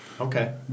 Okay